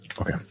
Okay